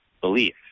belief